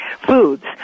foods